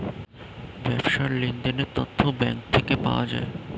ব্যবসার লেনদেনের তথ্য ব্যাঙ্ক থেকে পাওয়া যায়